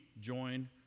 join